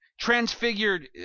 Transfigured